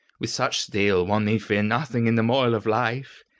with such steel, one need fear nothing in the moil of life.